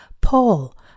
Paul